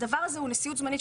שהדבר הזה הוא נשיאות זמנית.